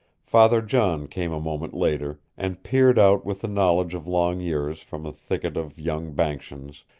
father john came a moment later, and peered out with the knowledge of long years from a thicket of young banksians,